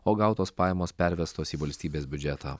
o gautos pajamos pervestos į valstybės biudžetą